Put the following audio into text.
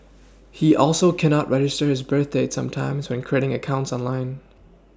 he also cannot register his birth date sometimes when creating accounts online